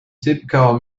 typical